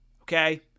Okay